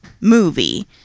movie